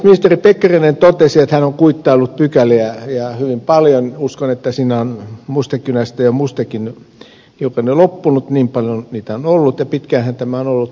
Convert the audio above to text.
ministeri pekkarinen totesi että hän on kuittaillut pykäliä hyvin paljon uskon että siinä on mustekynästä jo mustekin hiukan loppunut niin paljon niitä on ollut ja pitkäänhän tämä on ollut talousvaliokunnassa